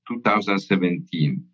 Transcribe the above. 2017